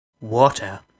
Water